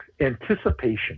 Anticipation